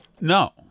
No